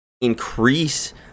increase